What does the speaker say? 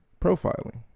profiling